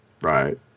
Right